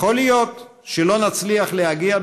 יכול להיות שלא נצליח להגיע,